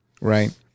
right